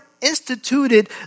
instituted